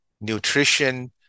nutrition